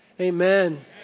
amen